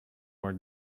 more